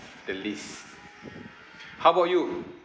the list how about you